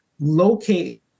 locate